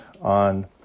on